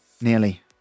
Nearly